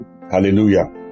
Hallelujah